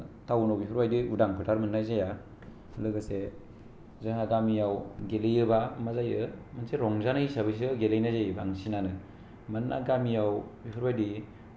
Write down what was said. नोङो टाउनाव बेफोरबादि उदां फोथार मोननाय जाया लोगोसे जाहा गामियाव गेलेबा इसे रंजानाय हिसाबैसो गेलेनाय जायो बांसिनानो मानोना गामियाव बेफोरबादि